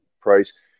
price